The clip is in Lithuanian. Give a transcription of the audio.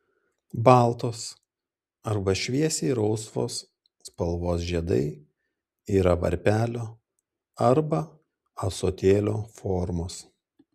baltos arba šviesiai rausvos spalvos žiedai yra varpelio arba ąsotėlio formos